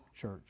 church